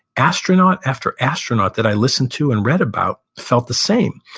astronaut after astronaut that i listened to and read about felt the same.